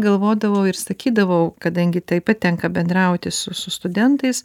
galvodavau ir sakydavau kadangi taip pat tenka bendrauti su su studentais